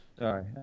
Sorry